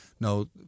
No